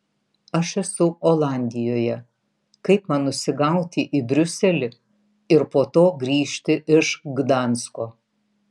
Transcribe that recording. aš esu olandijoje kaip man nusigauti į briuselį ir po to grįžti iš gdansko